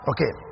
Okay